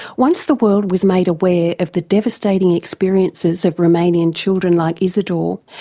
once the world was made aware of the devastating experiences of romanian children like izidor,